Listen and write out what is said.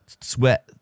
sweat